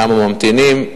כמה ממתינים,